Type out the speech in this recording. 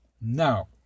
Now